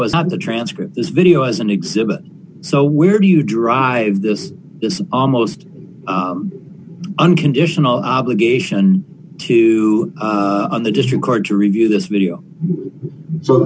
of the transcript this video as an exhibit so where do you drive this is almost unconditional obligation to the district court to review this video so